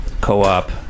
co-op